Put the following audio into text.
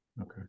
Okay